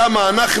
כמה אנחנו,